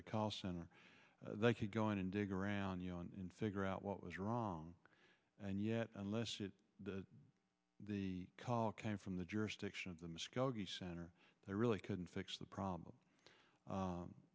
the call center they could go in and dig around you and figure out what was wrong and yet unless the the call came from the jurors stiction of the muskogee center they really couldn't fix the problem